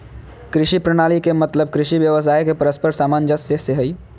कृषि प्रणाली के मतलब कृषि व्यवसाय के परस्पर सामंजस्य से हइ